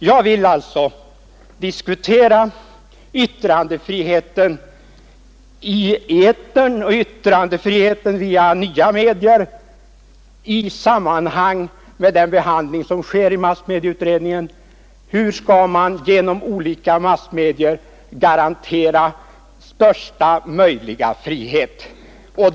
Jag vill diskutera yttrandefriheten i etern och yttrandefriheten via nya medier i samband med den behandling som sker i massmediautredningen om hur man genom olika massmedier skall garantera största möjliga yttrandefrihet.